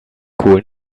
kohl